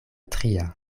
tria